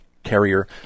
carrier